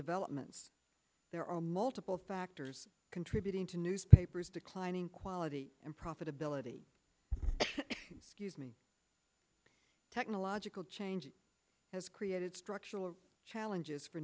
developments there are multiple factors contributing to newspapers declining quality and profitability scuse me technological change has created structural challenges for